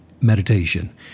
meditation